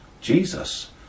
Jesus